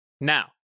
Now